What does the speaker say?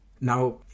now